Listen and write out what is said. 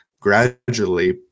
gradually